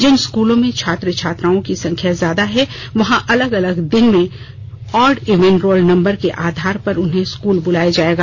जिन स्कूलों में छात्र छात्राओं की संख्या ज्यादा है वहां अलग अलग दिन में ऑड इवन रोल नंबर के आधार पर उन्हें स्कूल बुलाया जायेगा